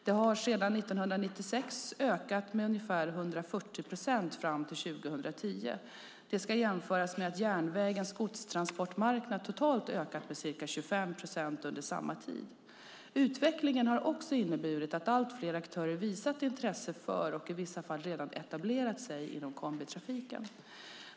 Det har sedan 1996 ökat med ca 140 procent fram till 2010. Detta ska jämföras med att järnvägens godstransportmarknad totalt ökat med ca 25 procent under samma tid. Utvecklingen har också inneburit att allt fler aktörer visat intresse för och i vissa fall redan etablerat sig inom kombitrafiken.